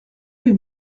avez